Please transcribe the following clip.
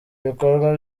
ibikorwa